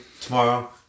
tomorrow